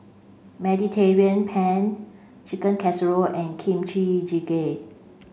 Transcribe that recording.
Mediterranean Penne Chicken Casserole and Kimchi Jjigae